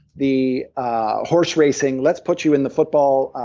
the ah horse racing, let's put you in the football,